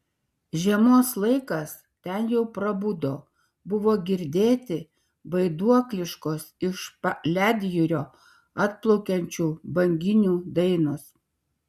žiemos laikas ten jau prabudo buvo girdėti vaiduokliškos iš ledjūrio atplaukiančių banginių dainos